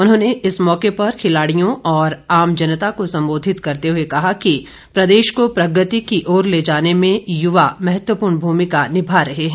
उन्होंने इस मौके पर खिलाड़ियों और आम जनता को सम्बोधित करते हए कहा कि प्रदेश को प्रगति की ओर ले जाने में युवा महत्वपूर्ण भूमिका निभा रहा है